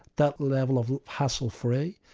that level of hassle-free.